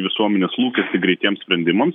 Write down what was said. visuomenės lūkestį greitiems sprendimams